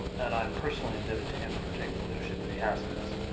and i'm personally indebted to him for taking the leadership that he has in this.